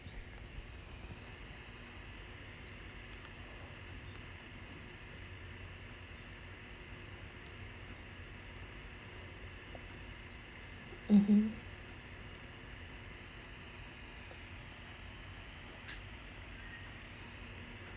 (uh huh)